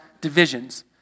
divisions